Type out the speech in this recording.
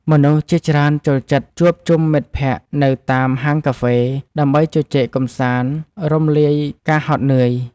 មនុស្សជាច្រើនចូលចិត្តជួបជុំមិត្តភក្តិនៅតាមហាងកាហ្វេ ដើម្បីជជែកកម្សាន្តរំលាយការហត់នឿយ។